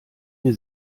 mir